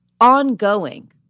ongoing